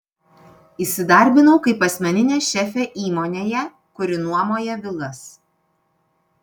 įsidarbinau kaip asmeninė šefė įmonėje kuri nuomoja vilas